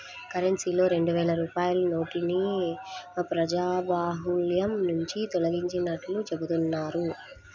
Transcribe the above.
కరెన్సీలో రెండు వేల రూపాయల నోటుని ప్రజాబాహుల్యం నుంచి తొలగించినట్లు చెబుతున్నారు